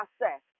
process